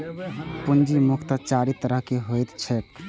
पूंजी मुख्यतः चारि तरहक होइत छैक